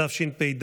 התשפ"ד